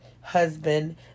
husband